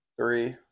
three